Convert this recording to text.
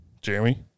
Jeremy